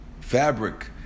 fabric